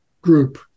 group